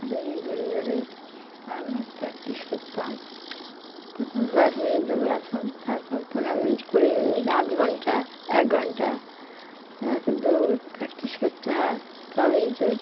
দড়ি ঘড়ি ধরে আমরা প্র্যাকটিস করতাম প্রথম দশ মিনিট দৌড়াতাম তারপর পনেরো মিনিট কুড়ি মিনিট আধ ঘন্টা এক ঘন্টা দৌড় প্র্যাকটিস করতে হয় তবেই তো